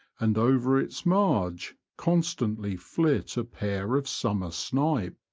and over its marge constantly flit a pair of summer snipe.